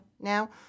now